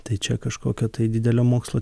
tai čia kažkokio tai didelio mokslo